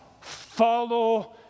follow